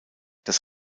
das